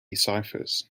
ciphers